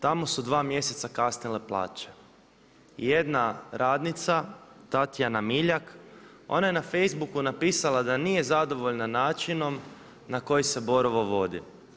Tamo su dva mjeseca kasnile plaće i jedna radnica Tatjana Miljak ona je na facebooku napisala da nije zadovoljna načinom na koji se Borovo vodi.